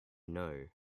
know